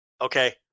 Okay